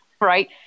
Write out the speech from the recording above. Right